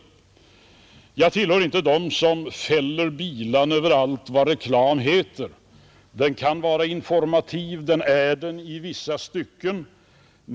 Jag tillhör inte dem som fäller bilan över allt vad reklam heter. Den kan vara informativ, och den är det i vissa stycken.